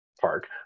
Park